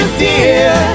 dear